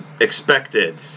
expected